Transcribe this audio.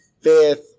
fifth